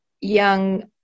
young